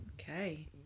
Okay